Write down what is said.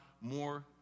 more